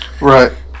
right